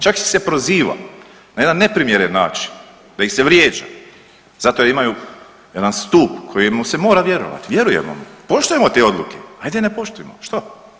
Čak ih se proziva na jedan neprimjeren način, da ih se vrijeđa zato jer imaju jedan stup koji mu se mora vjerovati, vjerujemo mu, poštujemo te odluke, ajde ne poštujmo, što?